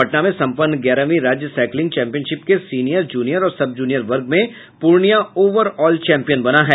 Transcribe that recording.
पटना में संपन्न ग्यारहवीं राज्य साइकिलिंग चैंपियनशिप के सीनियर जूनियर और सब जूनियर वर्ग में पूर्णिया ओवऑल चैंपियन बना है